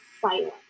silence